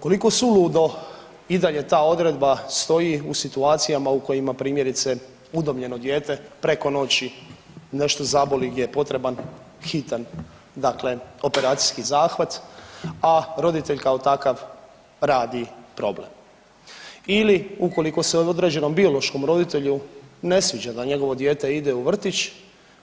Koliko suludo i dalje ta odredba stoji u situacijama u kojima primjerice udomljeno dijete preko noći nešto zaboli gdje je potreban hitan operacijski zahvat, a roditelj kao takav radi problem ili ukoliko se određenom biološkom roditelju ne sviđa da njegovo dijete ide u vrtić,